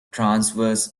transverse